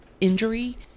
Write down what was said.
injury